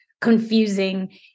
confusing